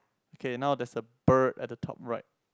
okay now there's a bird at the top right